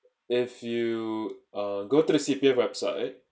if you uh go to the C_P_F website